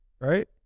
right